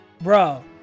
bro